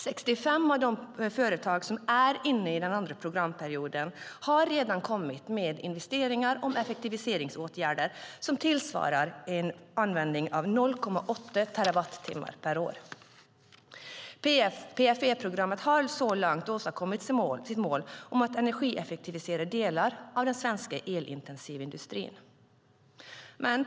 65 av de företag som är inne i den andra programperioden har redan gjort investeringar för effektiviseringsåtgärder som motsvarar en användning av 0,8 terawattimmar per år. PFE-programmet har så långt åstadkommit sitt mål att energieffektivisera delar av den svenska elintensiva industrin.